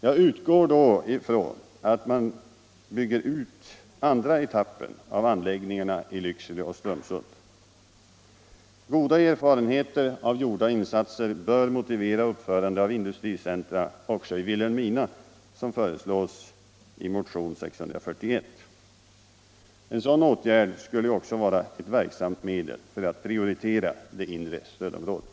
Jag utgår då ifrån att man bygger ut andra etappen av anläggningarna i Lycksele och Strömsund. Goda erfarenheter av gjorda insatser bör motivera uppförande av industricentra också i Vilhelmina, som föreslås i motionen 641. En sådan åtgärd skulle också vara ett verksamt medel för att prioritera det inre stödområdet.